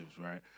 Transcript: right